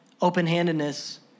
open-handedness